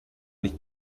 nicht